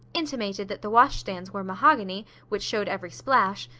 intimated that the washstands were mahogany, which showed every splash,